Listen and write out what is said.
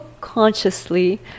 consciously